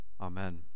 Amen